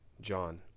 John